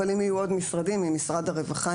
אבל אם יהיו עוד משרדים אם למשרד הרווחה,